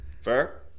Fair